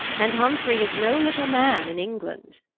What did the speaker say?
and humfrey is no little man in england.